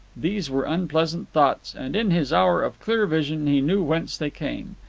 these were unpleasant thoughts, and in his hour of clear vision he knew whence they came.